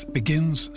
begins